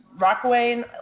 Rockaway